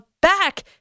back